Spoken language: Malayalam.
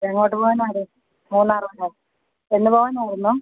എങ്ങോട്ടു പോവാനാണ് മൂന്നാറാണോ എന്നു പോവാനായിരുന്നു